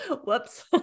Whoops